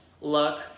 luck